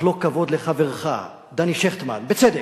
לחלוק כבוד לחברך דני שכטמן, בצדק,